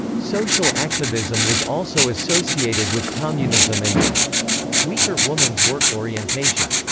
social activism was also associated with communism and a weaker woman's work orientation.